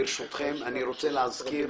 ברשותכם אני רוצה להזכיר